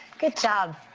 good job.